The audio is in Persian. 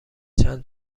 چند